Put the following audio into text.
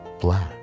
black